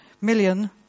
million